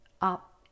up